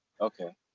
okay